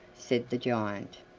said the giant.